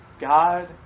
God